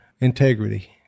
integrity